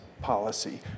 policy